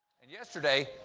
and yesterday,